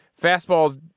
Fastballs